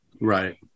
right